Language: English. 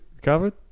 covered